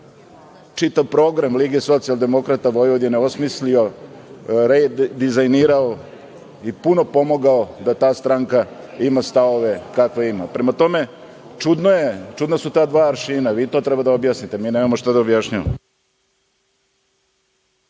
čitav program Liga socijaldemokrata Vojvodine osmislio, dizajnirano i puno pomogao da stranka ima stavove kakve ima. Prema tome, čudna su ta dva aršina. Vi to treba da objasnite, mi nemamo šta da objašnjavamo.